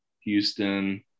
Houston